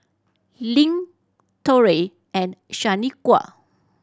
Link Torrey and Shanequa